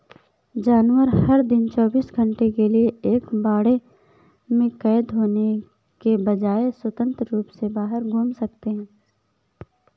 जानवर, हर दिन चौबीस घंटे के लिए एक बाड़े में कैद होने के बजाय, स्वतंत्र रूप से बाहर घूम सकते हैं